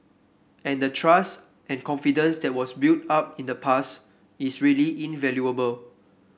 and the trust and confidence that was built up in the past is really invaluable